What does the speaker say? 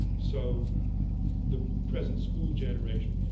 so the present school generation,